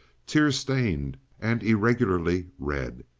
tear-stained, and irregularly red.